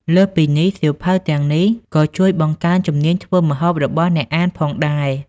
លើសពីនេះ សៀវភៅទាំងនេះក៏ជួយ បង្កើនជំនាញធ្វើម្ហូប របស់អ្នកអានផងដែរ។